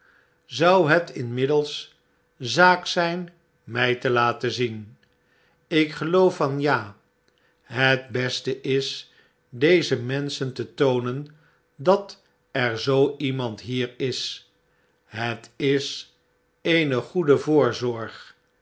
zou het inmiddels izaak zijn mij te laten zien ik geloof van ja het beste is dezen menschen te toonen dat er zoo iemand hier is het is eene goede